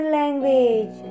language